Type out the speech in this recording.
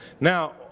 Now